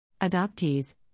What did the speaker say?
Adoptees